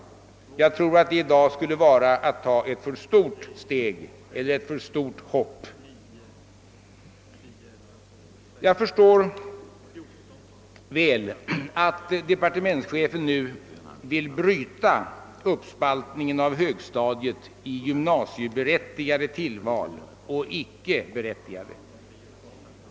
Jag tror att det i dag skulle vara att ta ett för stort steg, göra ett för stort hopp. Jag förstår väl att departementschefen nu vill bryta uppspaltningen av högstadiet i gymnasieberättigande tillval och icke berättigande.